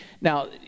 Now